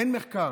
אין מחקר.